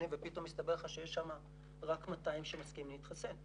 ופתאום מסתבר לך שיש שם רק 200 שמסכימים להתחסן.